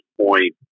point